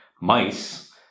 mice